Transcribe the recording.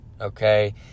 okay